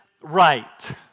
right